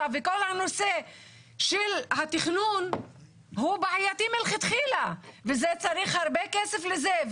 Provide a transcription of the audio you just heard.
וכל הנושאר של התכנון הוא בעייתי מלכתחילה וזה צריך הרבה כסף לזה,